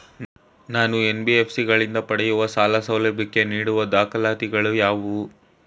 ನಾನು ಎನ್.ಬಿ.ಎಫ್.ಸಿ ಗಳಿಂದ ಪಡೆಯುವ ಸಾಲ ಸೌಲಭ್ಯಕ್ಕೆ ನೀಡುವ ದಾಖಲಾತಿಗಳಾವವು?